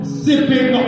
sipping